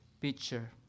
picture